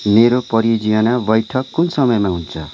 मेरो परियोजना बैठक कुन समयमा हुन्छ